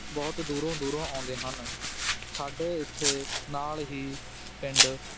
ਬਹੁਤ ਦੂਰੋਂ ਦੂਰੋਂ ਆਉਂਦੇ ਹਨ ਸਾਡੇ ਇੱਥੇ ਨਾਲ ਹੀ ਪਿੰਡ